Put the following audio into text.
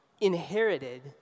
inherited